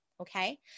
Okay